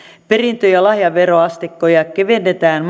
perintö ja lahjaveroasteikkoja kevennetään